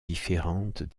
différentes